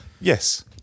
Yes